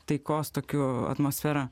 taikos tokių atmosfera